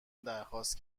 درخواست